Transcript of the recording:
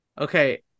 Okay